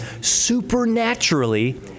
supernaturally